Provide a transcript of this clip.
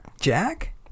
Jack